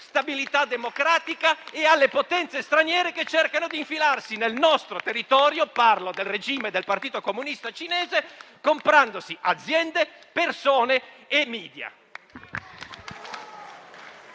stabilità democratica e alle potenze straniere che cercano di infilarsi nel nostro territorio (parlo del regime del Partito Comunista cinese), comprando aziende, persone e *media*.